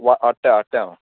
वा हाडटा हाडटा हांव